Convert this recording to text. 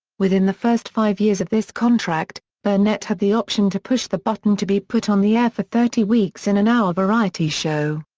within the first five years of this contract, burnett had the option to push the button to be put on the air for thirty weeks in an hour variety show.